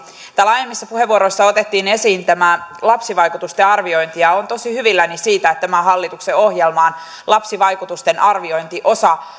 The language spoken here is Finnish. täällä aiemmissa puheenvuoroissa otettiin esiin lapsivaikutusten arviointi ja olen tosi hyvilläni siitä että tämän hallituksen ohjelmassa lapsivaikutusten arviointi osana